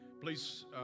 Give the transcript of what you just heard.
please